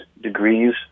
degrees